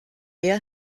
you